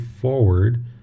forward